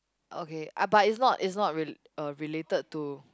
okay ah but is not is not rela~ uh related to